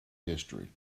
history